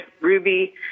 ruby